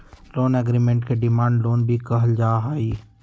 loan agreement के demand loan भी कहल जा हई